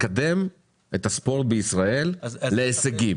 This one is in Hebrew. לקדם את הספורט בישראל להישגים.